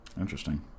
Interesting